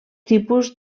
tipus